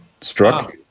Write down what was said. struck